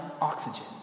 oxygen